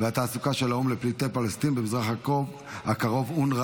והתעסוקה של האו"ם לפליטי פלסטין במזרח הקרוב (אונר"א),